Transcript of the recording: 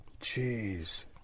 jeez